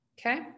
Okay